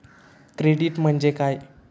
Credit म्हणजे काय?